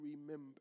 remember